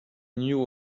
knew